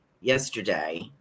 yesterday